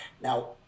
Now